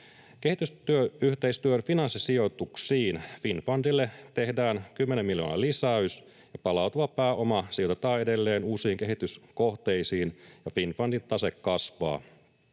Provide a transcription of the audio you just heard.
Kehitysyhteistyön finanssisijoituksiin Finnfundille tehdään 10 miljoonan lisäys, ja palautuva pääoma sijoitetaan edelleen uusiin kehityskohteisiin, ja Finnfundin tase kasvaa.